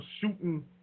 shooting